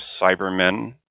Cybermen